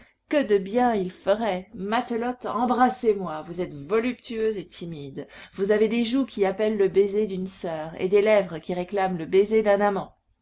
que de bien il ferait matelote embrassez-moi vous êtes voluptueuse et timide vous avez des joues qui appellent le baiser d'une soeur et des lèvres qui réclament le baiser d'un amant